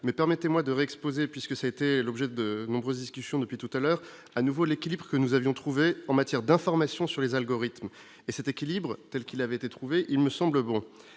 mais permettez-moi de exposés puisque ça a été l'objet de nombreuses discussions depuis tout à l'heure à nouveau l'équilibre que nous avions trouvé en matière d'information sur les algorithmes et cet équilibre telle qu'il avait été trouvé, il me semble bon